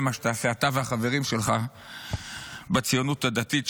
שזה מה שתעשו אתה והחברים שלך בציונות הדתית.